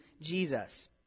Jesus